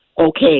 okay